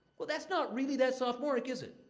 well, that's not really that sophomoric, is it?